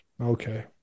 Okay